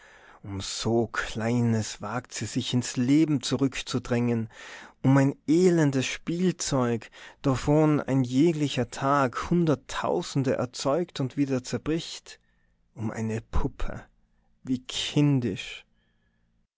um so kleines wagt sie sich ins leben zurückzudrängen um ein elendes spielzeug davon ein jeglicher tag hunderttausende erzeugt und wieder zerbricht um eine puppe wie kindisch